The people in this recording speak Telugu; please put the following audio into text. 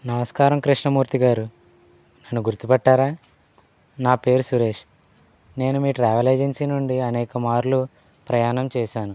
నమస్కారం కృష్ణమూర్తి గారు నన్ను గుర్తుపట్టారా నాపేరు సురేష్ నేను మీ ట్రావెల్ ఏజెన్సీ నుండి అనేక మార్లు ప్రయాణం చేశాను